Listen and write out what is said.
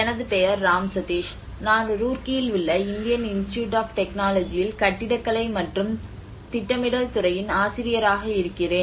எனது பெயர் ராம் சதீஷ் நான் ரூர்க்கியில் உள்ள இந்தியன் இன்ஸ்டிடியூட் ஆப் டெக்னாலஜியில் கட்டிடக்கலை மற்றும் திட்டமிடல் துறையின் ஆசிரியராக இருக்கிறேன்